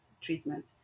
treatment